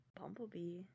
bumblebee